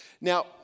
Now